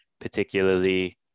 particularly